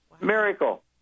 miracle